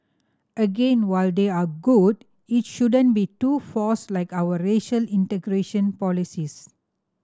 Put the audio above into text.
again while they are good it shouldn't be too forced like our racial integration policies